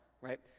right